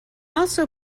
also